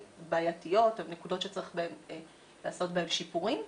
בעייתיים או נקודות שצריך לעשות בהן שיפורים,